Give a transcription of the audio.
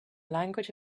language